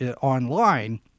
online